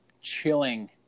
chilling